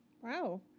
Wow